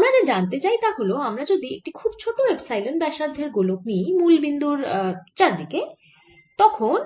আমরা যা জানতে চাই তা হল আমরা যদি একটি খুব ছোট এপসাইলন ব্যাসার্ধের গোলক নিই মুল বিন্দুর চার দিকে তখন